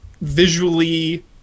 Visually